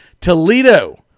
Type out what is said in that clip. Toledo